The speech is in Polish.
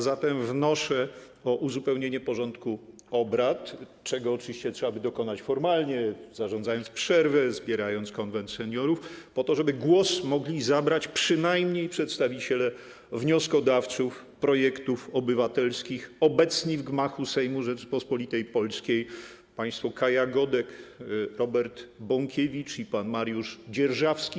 Zatem wnoszę o uzupełnienie porządku obrad, czego oczywiście trzeba by dokonać formalnie, zarządzając przerwę, zbierając Konwent Seniorów, po to, żeby mogli zabrać głos przynajmniej przedstawiciele wnioskodawców projektów obywatelskich obecni w gmachu Sejmu Rzeczypospolitej Polskiej, państwo Kaja Godek, Robert Bąkiewicz i Mariusz Dzierżawski.